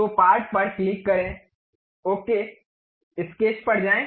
तो पार्ट पर क्लिक करें ओके स्केच पर जाएं